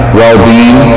well-being